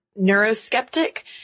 neuroskeptic